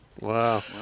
Wow